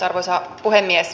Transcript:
arvoisa puhemies